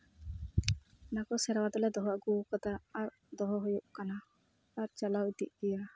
ᱚᱱᱟ ᱠᱚ ᱥᱮᱨᱣᱟ ᱫᱚᱞᱮ ᱫᱚᱦᱚ ᱟᱜᱩᱣᱟᱠᱟᱫᱟ ᱟᱨ ᱫᱚᱦᱚ ᱦᱩᱭᱩᱜ ᱠᱟᱱᱟ ᱟᱨ ᱪᱟᱞᱟᱣ ᱤᱫᱤᱜ ᱜᱮᱭᱟ